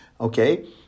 okay